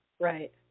right